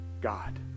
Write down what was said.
God